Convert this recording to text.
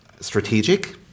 strategic